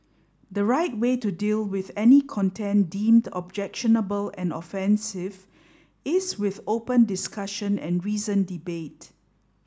the right way to deal with any content deemed objectionable and offensive is with open discussion and reasoned debate